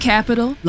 Capital